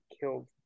killed